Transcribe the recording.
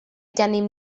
gennym